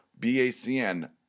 BACN